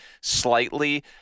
slightly